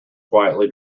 quietly